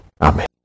amen